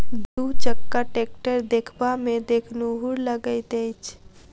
दू चक्का टेक्टर देखबामे देखनुहुर लगैत अछि